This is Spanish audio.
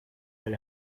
del